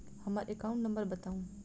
हम्मर account number बताऊ?